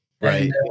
right